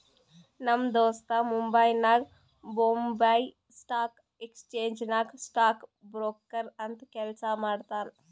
ನಮ್ ದೋಸ್ತ ಮುಂಬೈನಾಗ್ ಬೊಂಬೈ ಸ್ಟಾಕ್ ಎಕ್ಸ್ಚೇಂಜ್ ನಾಗ್ ಸ್ಟಾಕ್ ಬ್ರೋಕರ್ ಅಂತ್ ಕೆಲ್ಸಾ ಮಾಡ್ತಾನ್